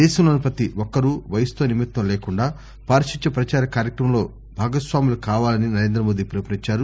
దేశం లోని ప్రతి ఒక్కరు వయసుతో నిమిత్తం లేకుండా పారిశుధ్య ప్రచార కార్యక్రమంలో భాగస్వాములు కావాలని నరేంద్ర మోదీ పిలుపునిచ్చారు